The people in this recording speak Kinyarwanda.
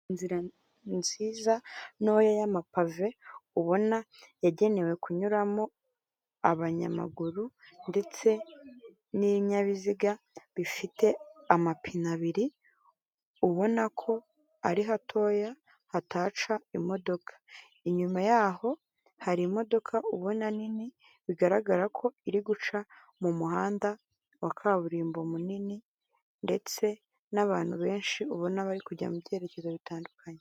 Inzira nziza ntoya y'amapave ubona yagenewe kunyuramo abanyamaguru ndetse n'ibinyabiziga bifite amapine abiri ubona ko ari hatoya hataca imodoka, inyuma y'aho hari imodoka ubona nini bigaragara ko iri guca mu muhanda wa kaburimbo munini ndetse n'abantu benshi ubona bari kujya mu byerekezo bitandukanye.